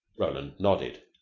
roland nodded.